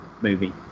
movie